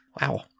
Wow